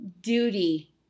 duty